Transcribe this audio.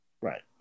Right